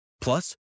Plus